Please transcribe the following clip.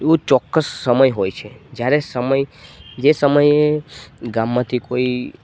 એવું ચોક્કસ સમય હોય છે જ્યારે સમય જે સમયે ગામમાંથી કોઈ